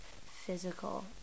physical